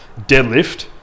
deadlift